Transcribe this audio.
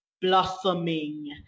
blossoming